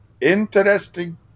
Interesting